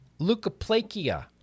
leukoplakia